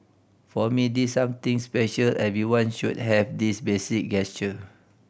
for me this something special everyone should have this basic gesture